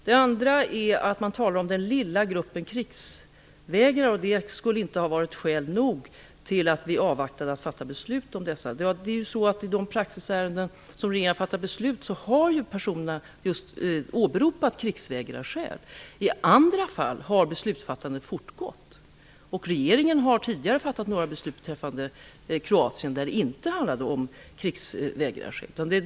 Det andra är den lilla gruppen krigsvägrare. Dessa har inte varit skäl nog för oss att avvakta att fatta beslut. I de praxisärenden där regeringen har fattat beslut har personerna just åberopat krigsvägrarskäl. I andra fall har beslutsfattandet fortgått. Regeringen har tidigare fattat några beslut beträffande Kroatien, där det inte handlade om krigsvägrare.